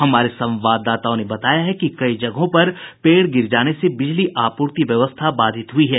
हमारे संवाददाताओं ने बताया है कि कई जगहों पर पेड़ गिर जाने से बिजली आपूर्ति व्यवस्था बाधित हुयी है